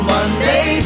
Monday